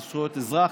אין זכויות אזרח,